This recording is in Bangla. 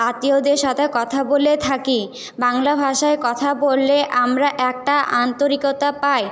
আত্মীয়দের সাথে কথা বলে থাকি বাংলা ভাষায় কথা বললে আমরা একটা আন্তরিকতা পাই